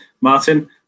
Martin